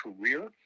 career